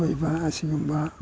ꯑꯣꯏꯕ ꯑꯁꯤꯒꯨꯝꯕ